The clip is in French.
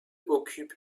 occupe